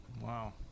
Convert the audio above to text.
wow